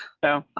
so,